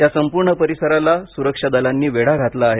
या संपूर्ण परिसराला सुरक्षा दलांनी वेढा घातला आहे